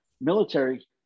military